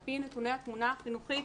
על פי נתוני התמונה החינוכית,